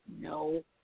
No